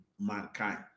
mankind